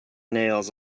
nails